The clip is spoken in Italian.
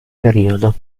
periodo